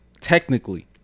Technically